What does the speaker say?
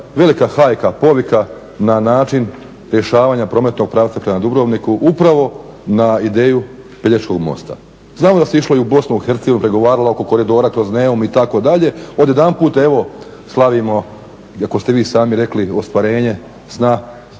velika hajka, povika na način rješavanja prometnog pravca prema Dubrovniku upravo na ideju Pelješkog mosta. Znamo da se išlo u BIH, pregovaralo oko koridora kroz Neum itd. odjedanput evo slavimo iako ste vi sami rekli ostvarenje sna